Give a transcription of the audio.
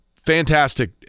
fantastic